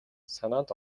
санаанд